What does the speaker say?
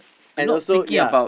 and also ya